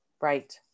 Right